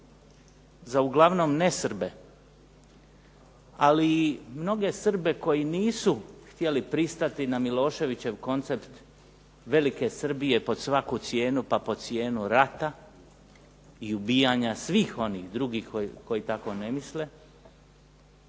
za uglavnom nesrbe ali i mnoge Srbe koji nisu htjeli pristati na Miloševićev koncept velike Srbije pod svaku cijenu pa pod cijenu rata i ubijanja svih onih drugih koji tako ne misle